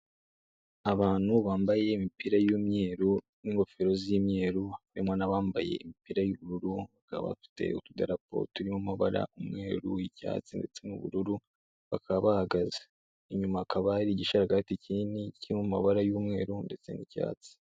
Abantu bambaye imipira y'imyeru n'ingofero z'imyeru harimo n'abambaye imipira y'ubururu, bakaba bafite utudarapo turimo amabara umweru, icyatsi ndetse n'ubururu bakaba bahagaze. Inyuma hakaba hari igisharagati kinini kiri mu mabara y'umweru ndetse n'icyatsi.